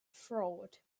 fraud